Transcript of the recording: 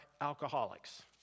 alcoholics